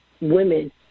women